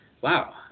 Wow